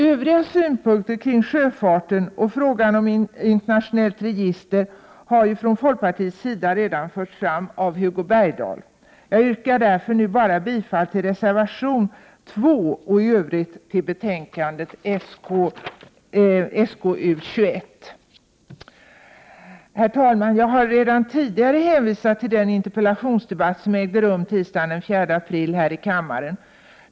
Övriga synpunkter kring sjöfarten och frågan om internationellt register har från folkpartiets sida redan förts fram av Hugo Bergdahl. Jag yrkar därför nu bara bifall till reservation 2 och i övrigt till hemställan i betänkande SkU21. Herr talman! Jag har tidigare hänvisat till den interpellationsdebatt som ägde rum tisdagen den 4 april här i kammaren.